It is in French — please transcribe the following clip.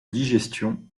digestion